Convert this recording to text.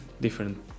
different